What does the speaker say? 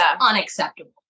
unacceptable